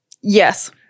Yes